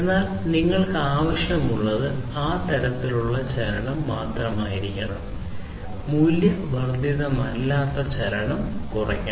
എന്നാൽ നിങ്ങൾക്ക് ആവശ്യമുള്ളത് ആ തരത്തിലുള്ള ചലനം മാത്രമായിരിക്കണം മൂല്യവർദ്ധിതമല്ലാത്ത ചലനം കുറയ്ക്കണം